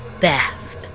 Beth